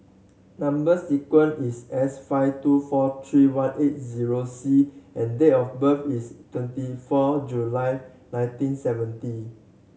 number sequence is S five two four three one eight zero C and date of birth is twenty four July nineteen seventy